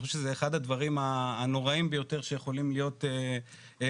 אני חושב שזה אחד הדברים הנוראיים ביותר שיכולים להיות להורה,